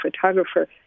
photographer